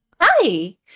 Hi